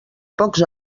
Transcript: pocs